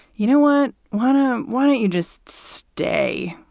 you know what? why don't um why don't you just stay?